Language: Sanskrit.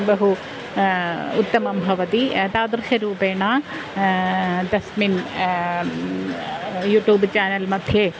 बहु उत्तमं भवति एतादृशरूपेण तस्मिन् यूट्यूब् चानेल्मध्ये